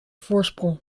voorsprong